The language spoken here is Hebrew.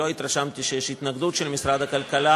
ולא התרשמתי שיש התנגדות של משרד הכלכלה